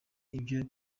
ibyo